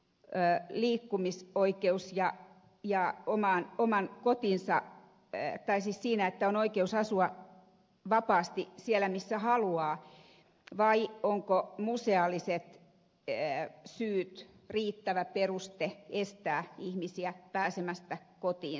erään liikkumis oikeus ja jää omaan omaan kotiinsa teettäisi siinä perusoikeudellinen liikkumisoikeus oikeus asua vapaasti siellä missä haluaa vai ovatko museaaliset syyt riittävä peruste estää ihmisiä pääsemästä kotiinsa